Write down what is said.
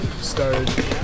started